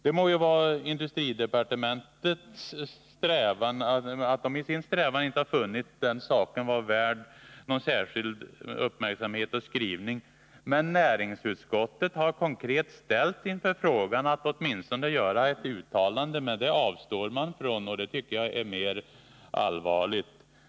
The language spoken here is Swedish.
Det må vara att industridepartementet i sin strävan inte har funnit den saken vara värd någon särskild uppmärksamhet och skrivning, men näringsutskottet har konkret ställts inför frågan att åtminstone göra ett uttalande. Det avstår utskottet ifrån, och det tycker jag är mer allvarligt.